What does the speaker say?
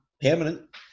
permanent